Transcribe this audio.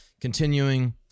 continuing